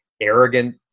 arrogant